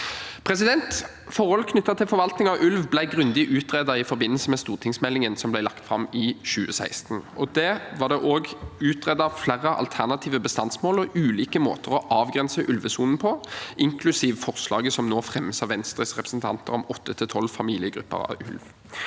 Forhold knyttet til forvaltning av ulv ble grundig utredet i forbindelse med stortingsmeldingen som ble lagt fram i 2016. Der var det også utredet flere alternative bestandsmål og ulike måter å avgrense ulvesonen på, inklusiv forslaget som nå fremmes av Venstres representanter om 8–12 familiegrupper av ulv.